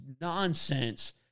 nonsense